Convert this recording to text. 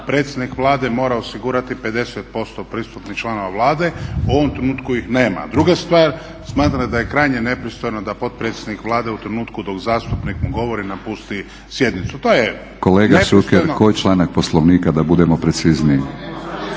Kolega Šuker koji članak Poslovnika da budemo precizniji.